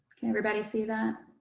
everybody see that?